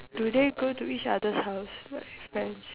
do they go to each other's house like friends